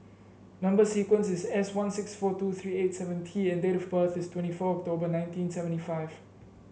number sequence is S one six four two three eight seven T and date of birth is twenty four October nineteen seventy five